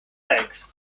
length